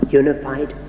unified